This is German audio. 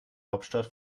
hauptstadt